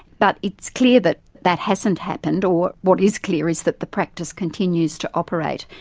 but it's clear that that hasn't happened, or what is clear is that the practice continues to operate,